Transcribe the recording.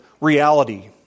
reality